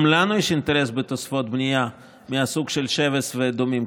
גם לנו יש אינטרס בתוספות בנייה מהסוג של שבס ודומים.